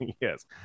Yes